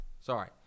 Sorry